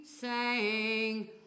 sang